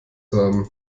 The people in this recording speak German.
haben